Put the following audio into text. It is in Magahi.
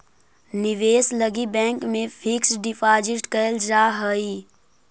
निवेश लगी बैंक में फिक्स डिपाजिट कैल जा हई